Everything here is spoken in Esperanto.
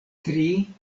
tri